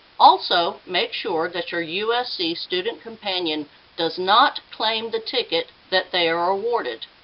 also, make sure that your usc student companion does not claim the ticket that they are awarded!